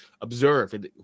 observe